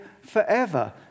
forever